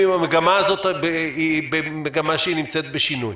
האם המגמה הזאת נמצאת בשינוי?